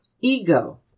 ego